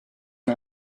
and